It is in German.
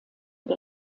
der